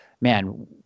man